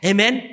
Amen